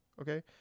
Okay